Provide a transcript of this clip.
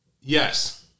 Yes